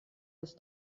das